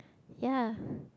ya